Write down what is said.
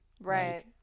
Right